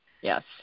Yes